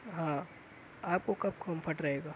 ہاں آپ کو کب کمفرٹ رہے گا